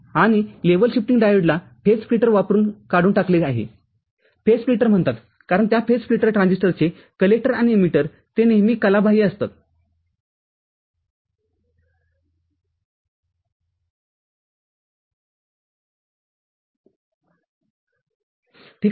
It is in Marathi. आणि लेव्हल शिफ्टिंग डायोडला फेज स्प्लिटर वापरुन काढून टाकले आहे फेज स्प्लिटरम्हणतात कारण त्या फेज स्प्लिटर ट्रान्झिस्टरचेकलेक्टर आणि इमीटर ते नेहमी कलाबाह्य असतात ठीक आहे